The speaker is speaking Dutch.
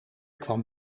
kwam